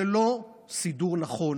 זה לא סידור נכון.